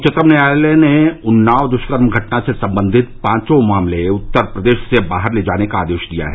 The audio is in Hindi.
उच्चतम न्यायालय ने उन्नाव दुष्कर्म घटना से संबंधित पांचों मामले उत्तर प्रदेश से बाहर ले जाने का आदेश दिया है